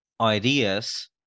ideas